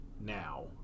now